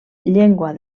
llengua